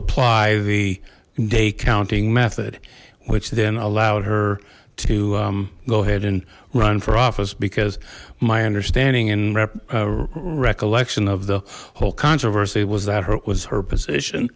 apply the day counting method which then allowed her to go ahead and run for office because my understanding and recollection of the whole controversy was that hurt was her position